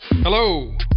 Hello